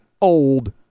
old